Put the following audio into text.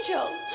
angel